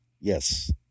Yes